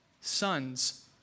sons